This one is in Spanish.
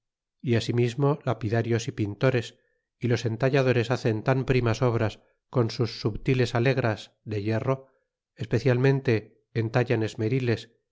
y asimismo lapidarios y pintores y los entalladores hacen tan primas obras con sus subtiles alegras de hierro especialmente entallan esmeriles